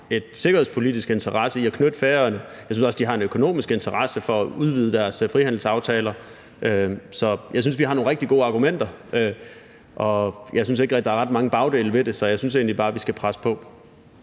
en sikkerhedspolitisk interesse i at knytte Færøerne til sig. Jeg synes også, de har en økonomisk interesse i at udvide deres frihandelsaftaler. Så jeg synes, vi har nogle rigtig gode argumenter, og jeg synes ikke, der er ret mange bagdele ved det. Så jeg synes egentlig bare, vi skal presse på.